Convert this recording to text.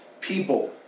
people